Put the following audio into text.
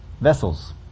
vessels